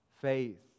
Faith